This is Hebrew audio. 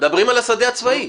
מדברים על השדה הצבאי.